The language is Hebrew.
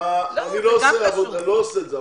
אני לא עושה את זה,